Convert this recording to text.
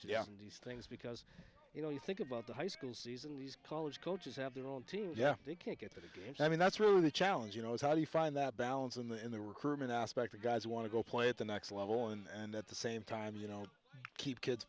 to these things because you know you think about the high school season these college coaches have their own team yeah they can't get it again i mean that's really the challenge you know is how do you find that balance in the in the recruitment aspect you guys want to go play at the next level and at the same time you know keep kids